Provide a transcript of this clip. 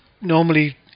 Normally